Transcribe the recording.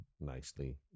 nicely